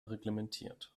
reglementiert